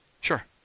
Sure